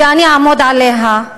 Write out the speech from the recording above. ואני אעמוד עליה.